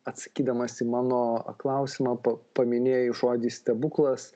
atsakydamas į mano klausimą pa paminėjai žodį stebuklas